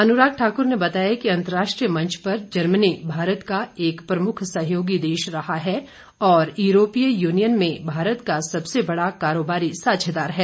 अनुराग ठाक्र ने बताया कि अंतर्राष्ट्रीय मंच पर जर्मनी भारत का एक प्रमुख सहयोगी देश रहा है और यूरोपिय यूनियन में भारत का सबसे बड़ा कारोबारी साझेदार है